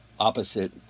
opposite